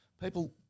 People